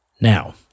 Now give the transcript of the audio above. Now